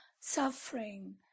suffering